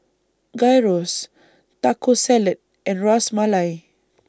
Gyros Taco Salad and Ras Malai